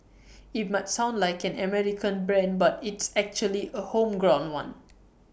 IT might sound like an American brand but it's actually A homegrown one